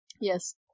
Yes